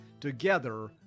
together